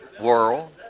world